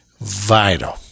vital